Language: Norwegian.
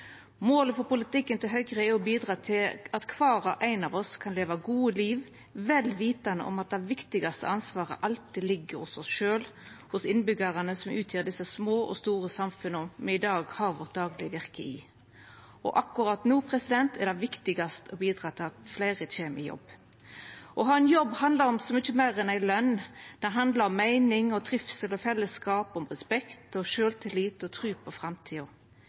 Målet for politikken til Høgre er å bidra til at kvar og ein av oss kan leva gode liv, vel vitande om at det viktigaste ansvaret alltid ligg hos oss sjølve, hos innbyggjarane som utgjer desse små og store samfunna me dagleg har vårt daglege virke i. Akkurat no er det viktigast å bidra til at fleire kjem i jobb. Å ha ein jobb handlar om så mykje meir enn løn. Det handlar om meining, trivsel og fellesskap, om respekt, sjølvtillit og tru på framtida,